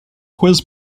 quiz